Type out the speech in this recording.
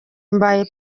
mbaye